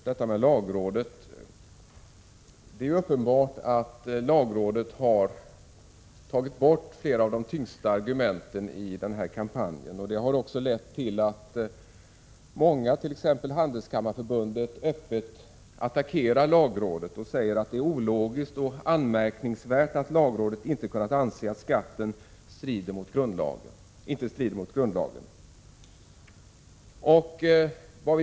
Herr talman! Det är uppenbart att lagrådet har tagit bort flera av de tyngsta argumenten i motkampanjen. Det har också lett till att t.ex. Handelskammarförbundet öppet attackerar lagrådet och säger att det är ologiskt och anmärkningsvärt att lagrådet kunnat anse att skatten inte strider mot grundlagen.